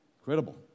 Incredible